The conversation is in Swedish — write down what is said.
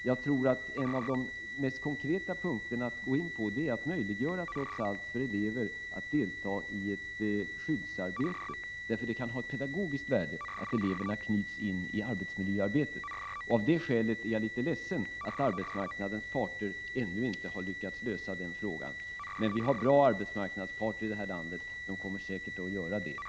Jag tror att en av de mest konkreta punkterna att gå in på är att trots allt möjliggöra för elever att delta i ett skyddsarbete, för det kan ha ett pedagogiskt värde att eleverna knyts till arbetsmiljöarbetet. Av det skälet är jag litet ledsen över att arbetsmarknadens parter ännu inte har lyckats lösa den frågan. Men vi har bra arbetsmarknadsparter i det här landet — de kommer säkert att lösa frågan nu.